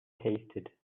tasted